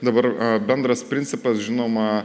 dabar bendras principas žinoma